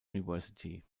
university